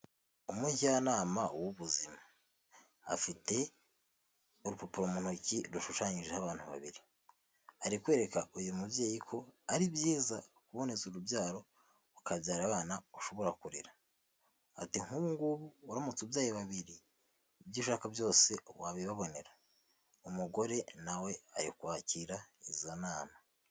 Umujyanama w'ubuzima afite urupapuro mu ntoki rushushanyijeho abantu babiri, ari kwereka uyu mubyeyi ko ari byiza kuboneza urubyaro ukabyara abana ushobora kurera, ati'' nk'ubu ngubu uramutse ubyaye babiri ibyo ushaka byose wabibabonera" umugore na we ari kwakira izo nama.